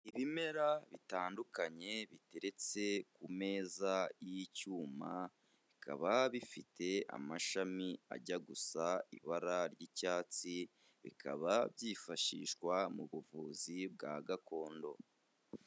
Ibimera bitandukanye biteretse ku meza y'icyuma bikaba bifite amashami ajya gusa ibara ry'icyatsi bikaba byifashishwa mu buvuzi bwa gakondo.